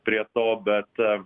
prie to bet